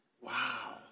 Wow